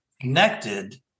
connected